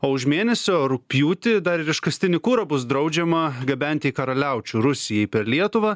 o už mėnesio rugpjūtį dar ir iškastinį kurą bus draudžiama gabenti į karaliaučių rusijai per lietuvą